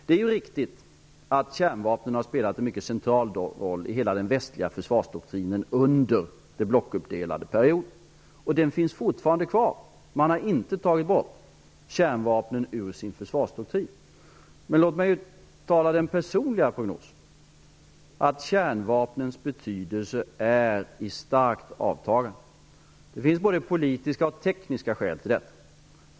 Det är riktigt att kärnvapnen har spelat en mycket central roll i hela den västliga försvarsdoktrinen under den blockuppdelade perioden. De finns fortfarande kvar. Man har inte tagit bort kärnvapnen ur sin försvarsdoktrin. Men låt mig uttala den personliga prognosen att kärnvapnens betydelse är i starkt avtagande. Det finns både politiska och tekniska skäl till detta.